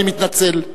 אני מתנצל.